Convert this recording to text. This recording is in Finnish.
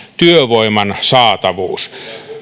työvoiman saatavuus